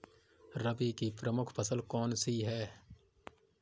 रबी की प्रमुख फसल कौन सी है?